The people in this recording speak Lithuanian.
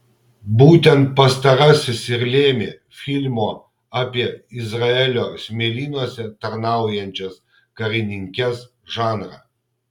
būtent pastarasis ir lėmė filmo apie izraelio smėlynuose tarnaujančias karininkes žanrą